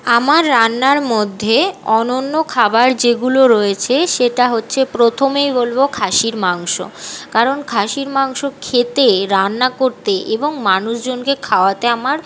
আমার রান্নার মধ্যে অনন্য খাবার যেগুলো রয়েছে সেটা হচ্ছে প্রথমেই বলব খাসির মাংস কারণ খাসির মাংস খেতে রান্না করতে এবং মানুষজনকে খাওয়াতে আমার